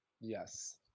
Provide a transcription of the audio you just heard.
Yes